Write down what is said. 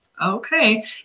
Okay